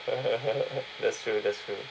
that's true that's true